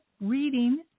reading